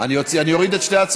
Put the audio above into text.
תחפש את שרה.